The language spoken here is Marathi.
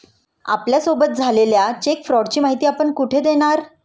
आपल्यासोबत झालेल्या चेक फ्रॉडची माहिती आपण कुठे देणार?